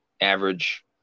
average